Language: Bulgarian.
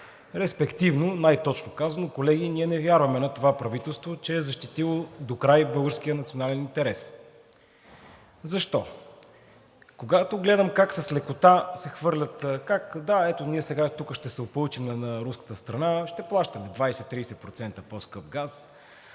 респективно най-точно казано, колеги, ние не вярваме на това правителство, че е защитило докрай българския национален интерес. Защо? Когато гледам как с лекота се хвърлят: „Да, ето ние сега тук ще се опълчим на руската страна, ще плащаме 20 – 30% по-скъп газ“,